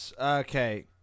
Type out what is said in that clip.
Okay